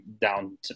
down